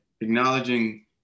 acknowledging